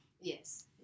yes